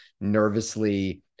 nervously